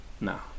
No